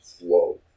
Whoa